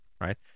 right